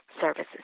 services